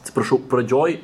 atsiprašau pradžioj